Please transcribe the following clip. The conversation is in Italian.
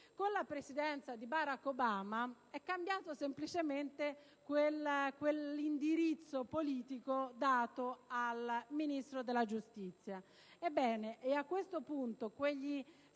Con la Presidenza di Barack Obama è cambiato semplicemente l'indirizzo politico dato al Ministro della giustizia.